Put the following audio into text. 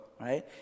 right